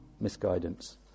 misguidance